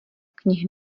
knih